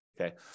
Okay